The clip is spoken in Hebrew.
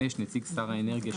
נציג שר האנרגיה,